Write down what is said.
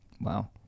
Wow